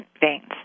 veins